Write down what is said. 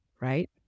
right